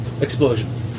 explosion